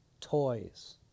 toys